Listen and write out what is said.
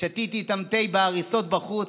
שתיתי איתם תה בהריסות בחוץ,